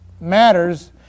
matters